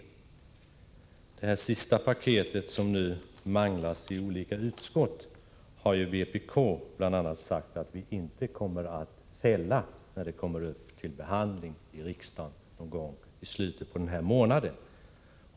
Beträffande förslagen i det senaste paketet, som nu manglas i olika utskott, har vi inom vpk sagt att vi inte kommer att ”fälla” dem när de skall behandlas här i riksdagen någon gång i slutet av den här månaden.